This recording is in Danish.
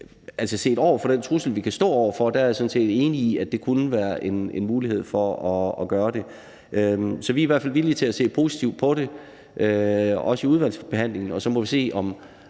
forhold til den trussel, vi kan komme til at stå over for, er jeg sådan set enig i, at det kunne være en mulighed at gøre det. Så vi er i hvert fald villige til at se positivt på det, også i udvalgsbehandlingen, og så må vi se, om